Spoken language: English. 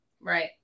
Right